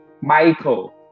Michael